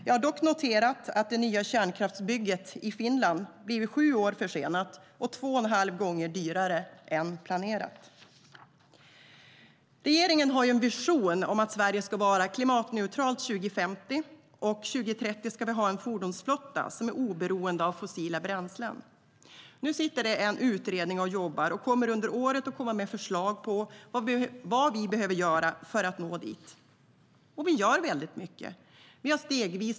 Jag har dock noterat att det nya kärnkraftsbygget i Finland har blivit sju år försenat och 2 1⁄2 gånger dyrare än planerat. Regeringen har ju en vision om att Sverige ska vara klimatneutralt 2050, och 2030 ska vi ha en fordonsflotta som är oberoende av fossila bränslen.